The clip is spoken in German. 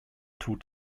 tut